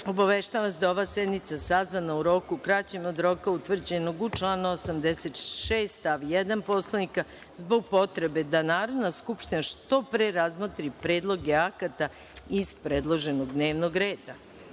obaveštavam vas da je ova sednica sazvana u roku kraćem od roka utvrđenog u članu 86. stav 1. Poslovnika, zbog potrebe da Narodna skupština što pre razmotri predloge akata iz predloženog dnevnog